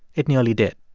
it nearly did.